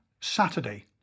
Saturday